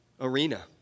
arena